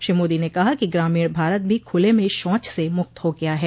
श्री मोदी ने कहा कि ग्रामीण भारत भी खुले में शौच से मुक्त हो गया है